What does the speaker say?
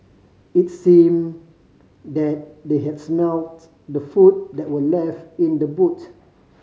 it seemed that they had smelt the food that were left in the boot